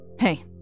Hey